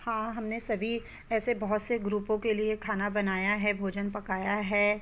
हाँ हमने सभी ऐसे बहुत से ग्रूपों के लिए खाना बनाया है भोजन पकाया है